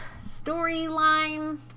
storyline